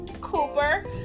Cooper